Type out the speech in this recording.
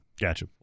gotcha